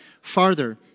farther